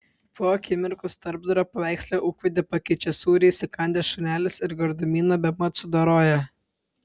po akimirkos tarpdurio paveiksle ūkvedį pakeičia sūrį įsikandęs šunelis ir gardumyną bemat sudoroja